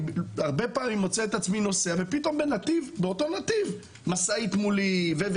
הרבה פעמים אני מוצא את עצמי נוסע ופתאום באותו נתיב משאית מולי.